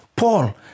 Paul